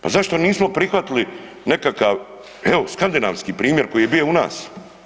Pa zašto nismo prihvatili nekakav evo, skandinavski primjer koji je bio u nas?